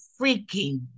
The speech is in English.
freaking